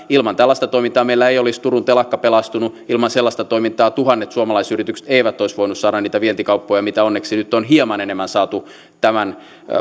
ilman tällaista toimintaa meillä ei olisi turun telakka pelastunut ilman sellaista toimintaa tuhannet suomalaisyritykset eivät olisi voineet saada niitä vientikauppoja mitä onneksi nyt on hieman enemmän saatu tämän